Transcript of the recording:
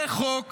זה חוק